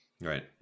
Right